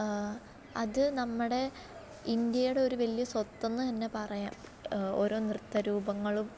അത് നമ്മുടെ ഇന്ത്യയുടെ ഒരു വലിയ സ്വത്ത് എന്ന് തന്നെ പറയാം ഓരോ നൃത്തരൂപങ്ങളും